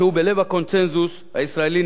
שהוא בלב הקונסנזוס הישראלי,